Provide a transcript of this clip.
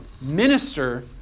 minister